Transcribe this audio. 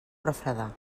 refredar